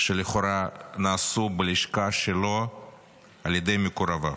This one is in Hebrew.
שלכאורה נעשו בלשכה שלו על ידי מקורביו.